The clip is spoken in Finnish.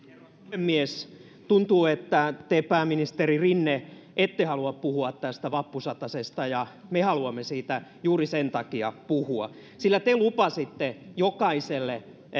puhemies tuntuu että te pääministeri rinne ette halua puhua tästä vappusatasesta ja me haluamme siitä juuri sen takia puhua sillä te lupasitte jokaiselle